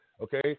Okay